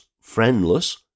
friendless